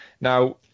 Now